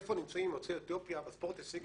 איפה נמצאים יוצאי אתיופיה בספורט ההישגי